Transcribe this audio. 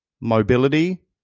mobility